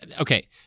okay